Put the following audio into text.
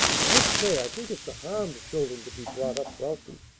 i must say i think it's a harm to children to be brought up wealthy.